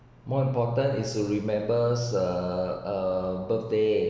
more important is to remembers uh uh birthday